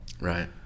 Right